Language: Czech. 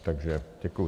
Takže děkuji.